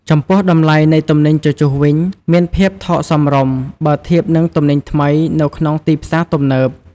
ចំពោះ តម្លៃ នៃទំនិញជជុះវិញ មានភាពថោកសមរម្យ បើធៀបនឹងទំនិញថ្មីនៅក្នុងទីផ្សារទំនើប។